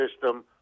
system